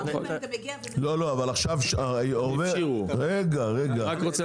לא אבל רגע רגע,